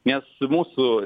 nes mūsų